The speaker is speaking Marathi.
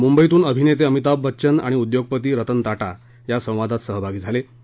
मुंबईतुन अभिनेते अमिताभ बच्चन आणि उद्योगपती रतन टाटा या संवादात सहभागी झाले ते